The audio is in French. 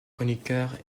chroniqueurs